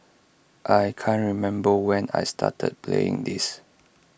I can't remember when I started playing this